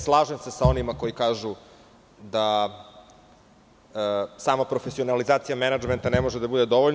Slažem se sa onima koji kažu da sama profesionalizacija menadžmenta ne može da bude dovoljna.